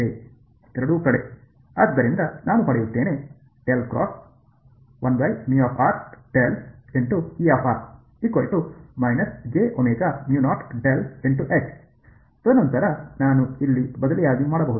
ಎರಡೂ ಕಡೆ ಆದ್ದರಿಂದ ನಾನು ಪಡೆಯುತ್ತೇನೆ ತದನಂತರ ನಾನು ಇಲ್ಲಿ ಬದಲಿಯಾಗಿ ಮಾಡಬಹುದು